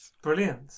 Brilliant